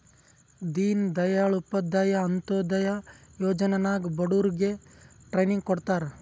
ದೀನ್ ದಯಾಳ್ ಉಪಾಧ್ಯಾಯ ಅಂತ್ಯೋದಯ ಯೋಜನಾ ನಾಗ್ ಬಡುರಿಗ್ ಟ್ರೈನಿಂಗ್ ಕೊಡ್ತಾರ್